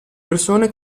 persone